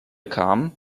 kam